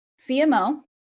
CMO